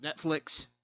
Netflix